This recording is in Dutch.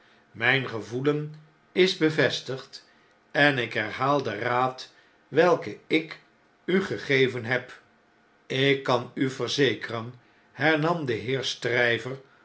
mijn gevoelen is bevestigd en ik herhaal den raad welken ik u gegeven heb een kibsch mensch ik kan u verzekeren hernam de heer